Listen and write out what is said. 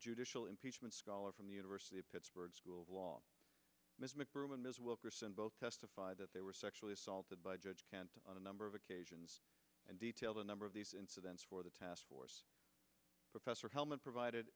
judicial impeachment scholar from the university of pittsburgh school of law both testified that they were sexually assaulted by a judge on a number of occasions and detail a number of these incidents where the task force professor hellmann provided